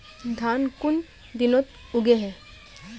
धान कुन दिनोत उगैहे